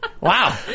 wow